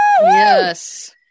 yes